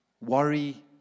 worry